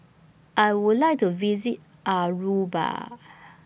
I Would like to visit Aruba